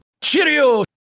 Cheerio